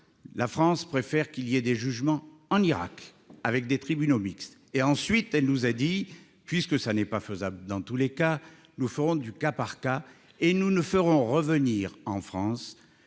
la France préfère qu'il y ait des jugements en Irak avec des tribunaux mixtes et ensuite, elle nous a dit, puisque ça n'est pas faisable dans tous les cas, nous ferons du cas par cas et nous ne ferons revenir en France